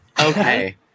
Okay